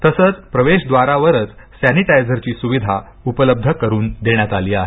तसेच प्रवेशद्वारावरच सॅनिटायझरची सुविधा उपलब्ध करून देण्यात आली आहे